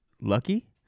Lucky